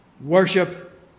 Worship